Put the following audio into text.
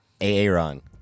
Aaron